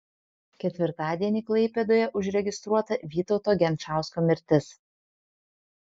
ketvirtadienį klaipėdoje užregistruota vytauto genčausko mirtis